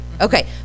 Okay